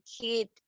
kid